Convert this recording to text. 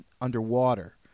underwater